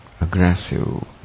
aggressive